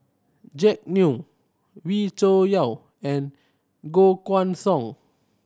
Jack Neo Wee Cho Yaw and Koh Guan Song